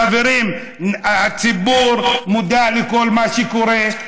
חברים, הציבור מודע לכל מה שקורה.